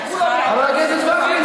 חבר הכנסת וקנין,